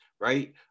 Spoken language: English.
right